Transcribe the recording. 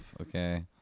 okay